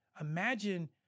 Imagine